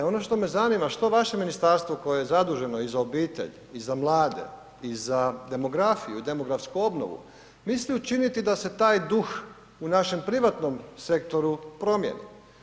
E ono što me zanima, što vaše ministarstvo koje je zaduženo i za obitelj i za mlade i za demografiju i za demografsku obnovu, misli učiniti da se taj duh u našem privatnom sektoru promijeni?